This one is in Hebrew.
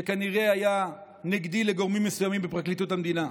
שכנראה היה נגדי לגורמים מסוימים בפרקליטות המדינה.